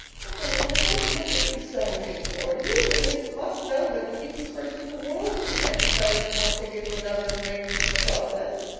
oh, diana, don't look at me so, she implored. you, at least, must know that the neatest person in the world couldn't empty feathers from one tick into another and remain neat in the process.